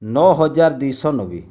ନଅହଜାର ଦୁଇଶହ ନବେ